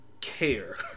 care